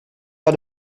pas